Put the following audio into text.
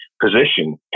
position